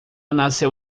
nasceu